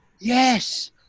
Yes